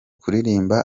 kuririmba